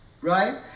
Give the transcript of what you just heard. right